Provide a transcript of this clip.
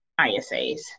ISAs